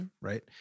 Right